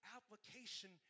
Application